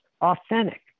authentic